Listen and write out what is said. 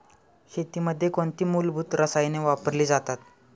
शेतीमध्ये कोणती मूलभूत रसायने वापरली जातात?